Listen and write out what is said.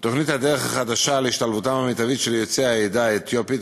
תוכנית "הדרך החדשה" להשתלבותם המיטבית של יוצאי העדה האתיופית,